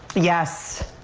yes.